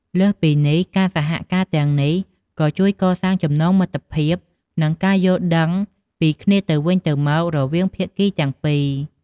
លើសពីនេះ ការសហការទាំងនេះក៏ ជួយកសាងចំណងមិត្តភាព និងការយល់ដឹងពីគ្នាទៅវិញទៅមក រវាងភាគីទាំងពីរ។